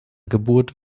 geburt